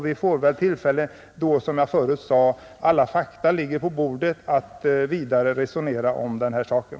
Vi får väl tillfälle då, som jag förut sade, alla fakta ligger på bordet att vidare resonera om den här saken.